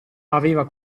aveva